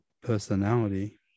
personality